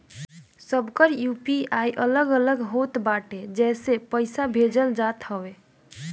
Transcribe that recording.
सबकर यू.पी.आई अलग अलग होत बाटे जेसे पईसा भेजल जात हवे